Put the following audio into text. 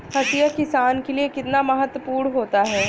हाशिया किसान के लिए कितना महत्वपूर्ण होता है?